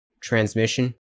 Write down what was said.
transmission